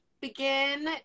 begin